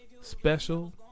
Special